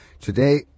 Today